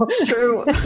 True